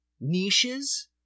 niches